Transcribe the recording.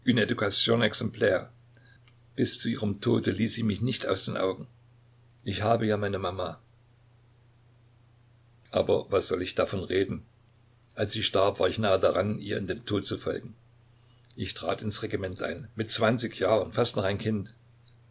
bis zu ihrem tode ließ sie mich nicht aus den augen ich habe ja meine mama aber was soll ich davon reden als sie starb war ich nahe daran ihr in den tod zu folgen ich trat ins regiment ein mit zwanzig jahren fast noch ein kind